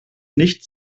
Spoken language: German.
nicht